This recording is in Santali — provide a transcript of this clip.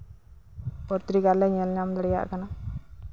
ᱯᱚᱛᱨᱤᱠᱟ ᱞᱮ ᱧᱮᱞ ᱧᱟᱢ ᱫᱟᱲᱮᱭᱟᱜ ᱠᱟᱱᱟ